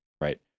right